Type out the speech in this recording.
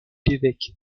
l’évêque